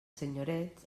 senyorets